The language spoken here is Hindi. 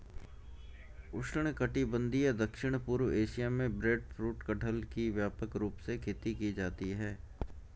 उष्णकटिबंधीय दक्षिण पूर्व एशिया में ब्रेडफ्रूट कटहल की व्यापक रूप से खेती की जाती है